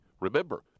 Remember